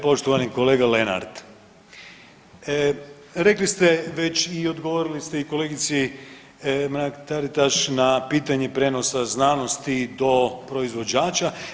Poštovani kolega Lenart, rekli ste već i odgovorili ste i kolegici Mrak Taritaš na pitanje prijenosa znanosti do proizvođača.